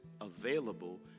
available